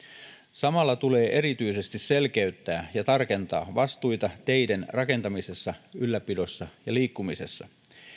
samalla tulee erityisesti selkeyttää ja tarkentaa vastuita teiden rakentamisessa ylläpidossa ja liikkumisessa